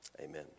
amen